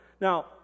Now